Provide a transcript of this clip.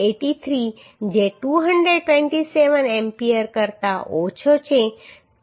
83 જે 227 એમ્પીયર કરતા ઓછો છે